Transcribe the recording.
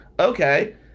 Okay